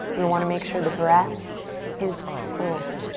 we want to make sure the breath is full.